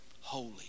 holy